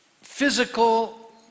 physical